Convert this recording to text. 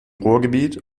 ruhrgebiet